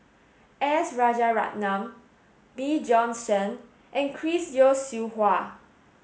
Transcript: S Rajaratnam Bjorn Shen and Chris Yeo Siew Hua